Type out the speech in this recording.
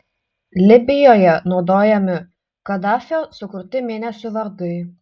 libijoje naudojami kadafio sukurti mėnesių vardai